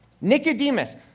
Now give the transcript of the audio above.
Nicodemus